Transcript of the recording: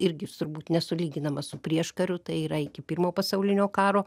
irgi jis turbūt nesulyginamas su prieškariu tai yra iki pirmo pasaulinio karo